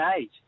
age